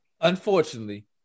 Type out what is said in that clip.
Unfortunately